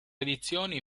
edizioni